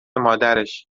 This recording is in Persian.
مادرش